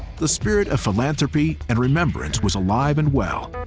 the spirit of philanthropy and remembrance was alive and well,